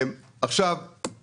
זה עלייה